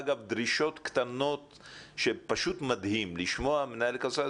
אגב דרישות קטנות שפשוט מדהים לשמוע מנהל קונסרבטוריון